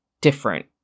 different